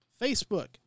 Facebook